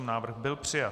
Návrh byl přijat.